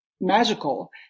magical